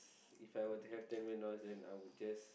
If I were to have ten million dollars then I would just